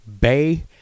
Bay